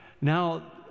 Now